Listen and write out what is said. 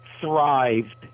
thrived